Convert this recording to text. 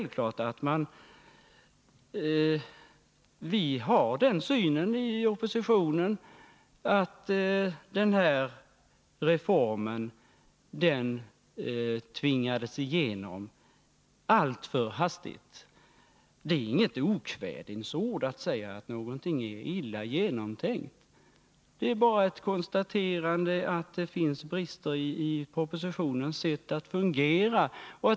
Vi anser i oppositionen att denna reform tvingades igenom alltför hastigt. Det är inte att använda okvädinsord att säga att någonting är illa genomtänkt — det är bara ett konstaterande att det finns brister i propositionens sätt att fungera.